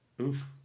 Oof